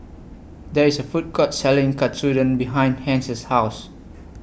There IS A Food Court Selling Katsudon behind Hence's House